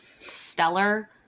stellar